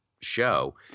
show